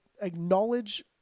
acknowledge